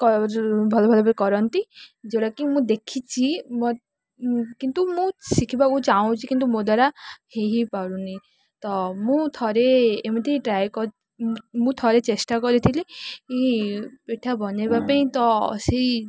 ଭଲ ଭାବରେ କରନ୍ତି ଯେଉଁଟାକି ମୁଁ ଦେଖିଛି କିନ୍ତୁ ମୁଁ ଶିଖିବାକୁ ଚାହୁଁଛି କିନ୍ତୁ ମୋ ଦ୍ୱାରା ହେଇ ହେଇପାରୁନି ତ ମୁଁ ଥରେ ଏମିତି ଟ୍ରାଏ ମୁଁ ଥରେ ଚେଷ୍ଟା କରିଥିଲି କି ପିଠା ବନେଇବା ପାଇଁ ତ ସେଇ